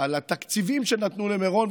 על התקציבים שנתנו למירון.